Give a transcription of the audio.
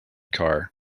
car